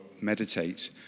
meditate